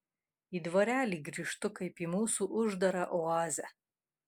į dvarelį grįžtu kaip į mūsų uždarą oazę